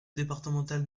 départementale